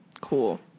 cool